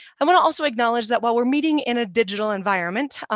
i want to also acknowledge that while we're meeting in a digital environment,